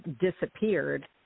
disappeared